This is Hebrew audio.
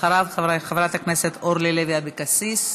אחריו, חברת הכנסת אורלי לוי אבקסיס,